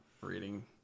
reading